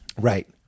Right